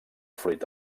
fruit